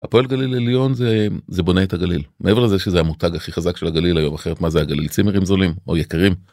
הפועל גליל עליון זה בונה את הגליל מעבר לזה שזה המותג הכי חזק של הגליל היום אחרת מה זה הגליל? צימרים זולים או יקרים.